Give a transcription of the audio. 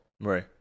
Right